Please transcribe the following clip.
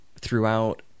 throughout